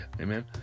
Amen